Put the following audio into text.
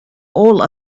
all